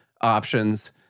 options